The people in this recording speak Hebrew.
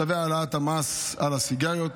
צווי העלאת המס על סיגריות,